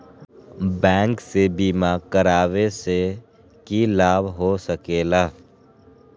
Bank से बिमा करावे से की लाभ होई सकेला?